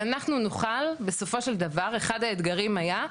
שאנחנו נוכל בסופו של דבר אחד האתגרים היה,